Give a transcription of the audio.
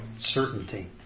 certainty